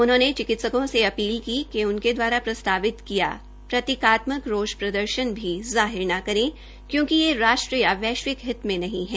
उन्होंने चिकित्सकों से अपील की कि उनके द्वारा प्रस्तवित किया प्रतीकात्मक रोष भी जाहिर न करें क्योंकि यह राष्ट्र या वैश्विक हित में नहीं है